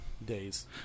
days